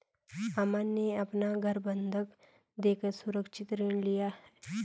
अमन ने अपना घर बंधक देकर सुरक्षित ऋण लिया